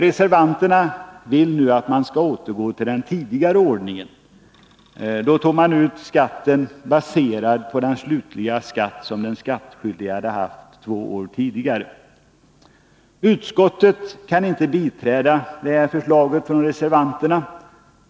Reservanterna vill nu att man skall återgå till den tidigare ordningen. I denna var skatten baserad på den slutliga skatt som den skattskyldige hade haft två år tidigare. Utskottet kan inte biträda reservanternas förslag.